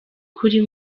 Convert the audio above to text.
kuri